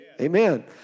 Amen